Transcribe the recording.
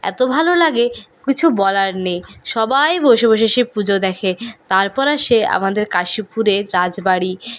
এতো ভালো লাগে কিছু বলার নেই সবাই বসে বসে সে পুজো দেখে তারপর আসে আমাদের কাশিপুরের রাজবাড়ি